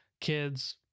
kids